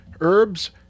herbs